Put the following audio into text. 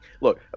look